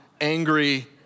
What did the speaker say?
angry